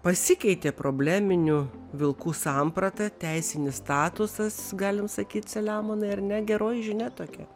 pasikeitė probleminių vilkų samprata teisinis statusas galim sakyt selemonai ar ne geroji žinia tokia